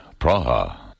Praha